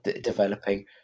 developing